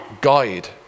guide